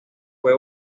fue